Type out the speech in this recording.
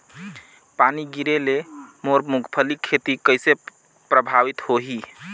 पानी गिरे ले मोर मुंगफली खेती कइसे प्रभावित होही?